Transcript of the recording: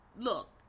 look